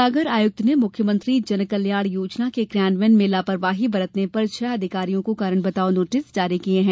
सागर आयुक्त ने मुख्यमंत्री जनकल्याण योजना के कियान्वयन में लापरवाही बरतने पर छह अधिकारियों को कारण बताओ नोटिस जारी किये हैं